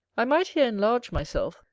i might here enlarge myself,